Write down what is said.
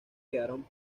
quedaron